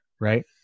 right